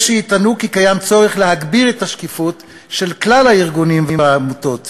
יש שיטענו כי קיים צורך להגביר את השקיפות של כלל הארגונים והעמותות